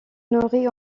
nourrit